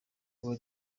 kuba